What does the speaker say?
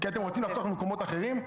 כי אתם רוצים לחסוך במקומות אחרים?